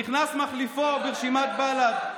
נכנס מחליפו ברשימת בל"ד,